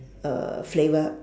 uh flavour